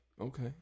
okay